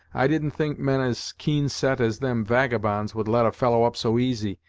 i didn't think men as keen set as them vagabonds would let a fellow up so easy,